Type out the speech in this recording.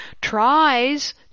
Tries